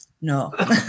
No